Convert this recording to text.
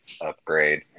upgrade